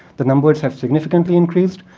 the numbers have significantly increased.